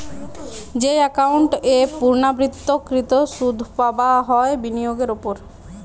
যেই একাউন্ট এ পূর্ণ্যাবৃত্তকৃত সুধ পাবা হয় বিনিয়োগের ওপর